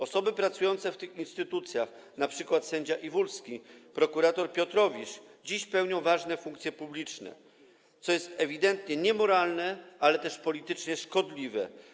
Osoby pracujące w tych instytucjach, np. sędzia Iwulski, prokurator Piotrowicz, pełnią dziś ważne funkcje publiczne, co jest ewidentnie niemoralne, ale też politycznie szkodliwe.